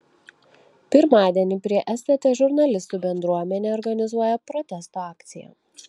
pirmadienį prie stt žurnalistų bendruomenė organizuoja protesto akciją